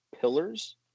pillars